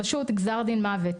פשוט גזר דין מוות.